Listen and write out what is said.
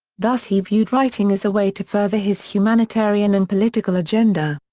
thus he viewed writing as a way to further his humanitarian and political agenda.